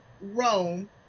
rome